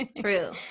true